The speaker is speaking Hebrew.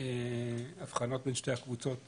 בין שתי הקבוצות